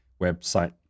website